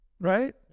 right